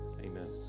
Amen